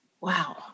Wow